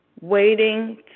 waiting